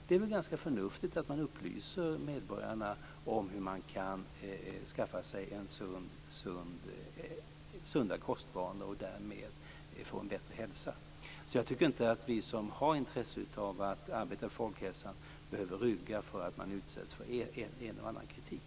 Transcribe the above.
Det är väl ganska förnuftigt att man upplyser medborgarna om hur man kan skaffa sig sunda kostvanor och därmed få en bättre hälsa. Jag tycker inte att vi som har intresse av att arbeta för folkhälsan behöver rygga för att man ibland utsätts för kritik.